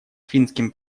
финским